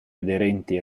aderenti